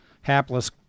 hapless